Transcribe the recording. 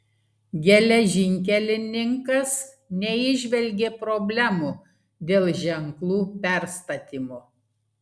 geležinkelininkas neįžvelgė problemų dėl ženklų perstatymo